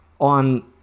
on